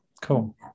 Cool